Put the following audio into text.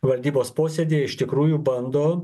valdybos posėdyje iš tikrųjų bando